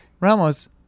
Ramos